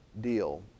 deal